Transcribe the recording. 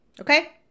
okay